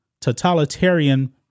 totalitarian